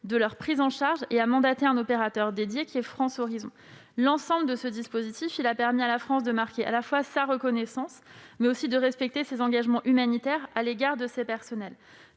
de leur prise en charge et a mandaté un opérateur particulier, France Horizon. L'ensemble de ce dispositif a permis à la France d'exprimer sa reconnaissance, mais aussi de respecter ses engagements humanitaires à l'égard de ces personnels.